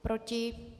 Proti?